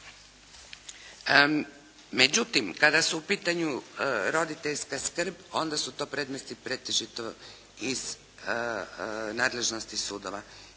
Međutim, kada su u pitanju roditeljska skrb onda su to predmeti pretežito iz nadležnosti sudova.